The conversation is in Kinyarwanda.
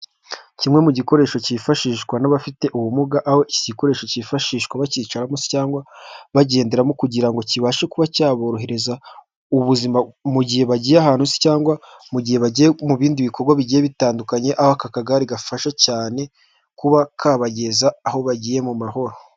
Kimwe mu gikoresho cyifashishwa n'abafite ubumuga, aho iki gikoresho cyifashishwa bakicaramo, cyangwa bagenderamo kugira ngo kibashe kuba cyaborohereza ubuzima, mu gihe bagiye ahantu se, cyangwa mu gihe bagiye mu bindi bikorwa bigiye bitandukanye, aho aka kagari gafasha cyane kuba kabageza aho bagiye mu mahoro.